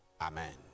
Amen